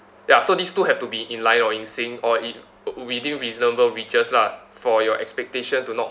ya so these two have to be in line or in synced or in uh within reasonable reaches lah for your expectation to not